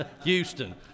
Houston